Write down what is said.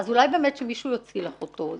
אז אולי שמישהו יוציא לך אותו.